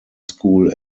school